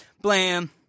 blam